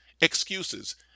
Excuses